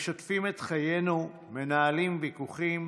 משתפים את חיינו, מנהלים ויכוחים,